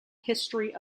history